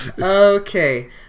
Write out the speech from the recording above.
Okay